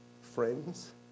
Friends